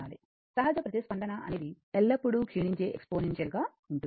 సహజ ప్రతిస్పందన అనేది ఎల్లప్పుడూ క్షీణించే ఎక్సపోనాన్షియల్ గా ఉంటుంది